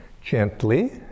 gently